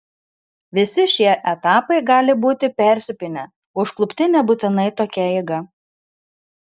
visi šie etapai gali būti persipynę užklupti nebūtinai tokia eiga